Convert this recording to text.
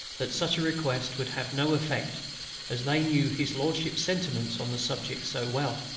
that such a request would have no effect as they knew his lordship's sentiments on the subject so well,